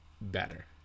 better